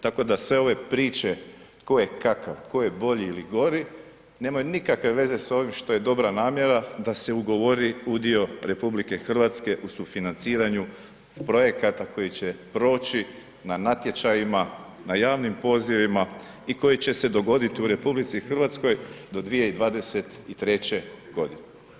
Tako da sve ove priče tko je kakav, tko je bolji ili gori nemaju nikakve veze s ovim što je dobra namjera da se ugovori udio RH u sufinanciranju projekata koji će proći na natječajima, na javnim pozivima i koji će se dogoditi u RH do 2023. godine.